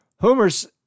Homer's